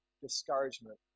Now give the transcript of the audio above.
discouragement